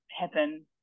happen –